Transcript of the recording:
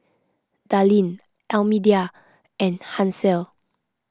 Darlene Almedia and Hansel